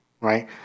right